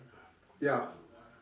ya